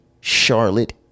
Charlotte